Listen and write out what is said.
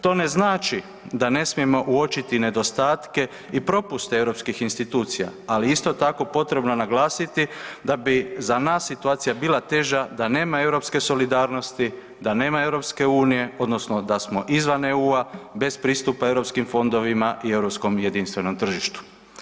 To ne znači da ne smijemo uočiti nedostatke i propuste europskih institucija, ali isto tako potrebno je naglasiti da bi za nas situacija bila teža da nema europske solidarnosti, da nema EU, odnosno da smo izvan EU-a bez pristupa europskim fondovima i europskom jedinstvenom tržištu.